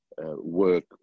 work